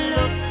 Look